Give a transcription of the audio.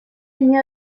они